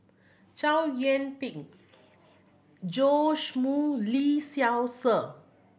Chow Yian Ping Joash Moo Lee Seow Ser